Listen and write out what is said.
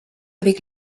avec